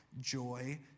joy